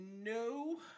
No